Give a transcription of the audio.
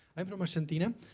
i'm from argentina.